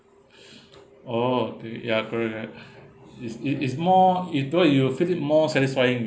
oh i~ ya correct correct is it is more if know you'll feel it more satisfying